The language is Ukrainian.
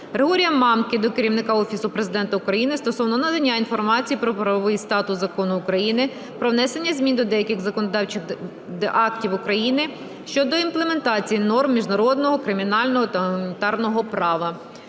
Григорія Мамки до Керівника Офісу Президента України стосовно надання інформації про правовий статус Закону України "Про внесення змін до деяких законодавчих актів України щодо імплементації норм міжнародного кримінального та гуманітарного права".